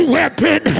weapon